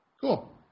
Cool